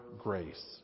grace